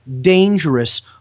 dangerous